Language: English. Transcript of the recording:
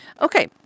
Okay